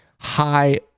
high